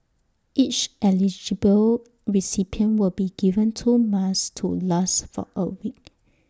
each eligible recipient will be given two masks to last for A week